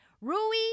Rui